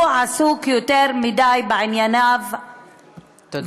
הוא עסוק יותר מדי בענייניו, תודה.